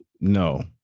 No